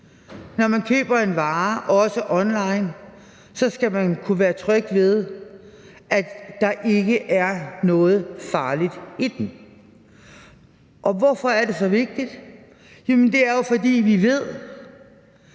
Når man køber en vare, også online, så skal man kunne være tryg ved, at der ikke er noget farligt i den. Hvorfor er det så vigtigt? Jamen det er jo, fordi vi ved,